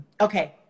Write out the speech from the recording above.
okay